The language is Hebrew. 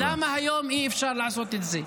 למה היום אי-אפשר לעשות את זה?